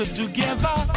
together